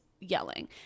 yelling